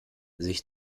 sich